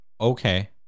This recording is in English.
okay